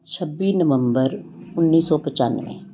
ਛੱਬੀ ਨਵੰਬਰ ਉੱਨੀ ਸੌ ਪਚਾਨਵੇਂ